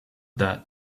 that